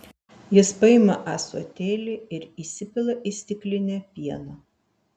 jis paima ąsotėlį ir įsipila į stiklinę pieno